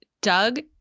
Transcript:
Doug